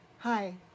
Hi